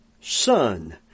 Son